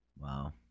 Wow